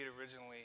originally